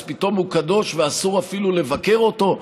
אז פתאום הוא קדוש ואסור אפילו לבקר אותו?